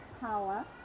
power